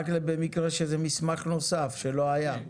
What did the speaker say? רק במקרה שזה מסמך נוסף שלא היה.